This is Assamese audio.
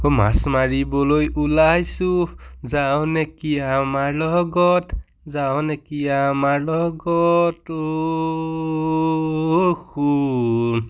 অ' মাছ মাৰিবলৈ ওলাইছোঁ যাৱ নেকি আমাৰ লগত যাৱ নেকি আমাৰ লগত অ' সোণ